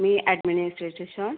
मी administration